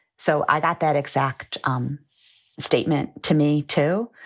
so i got that exact um statement to me, too.